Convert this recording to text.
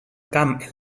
camp